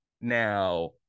Now